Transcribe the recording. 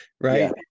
right